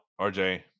RJ